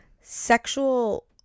sexual